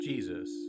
Jesus